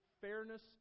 fairness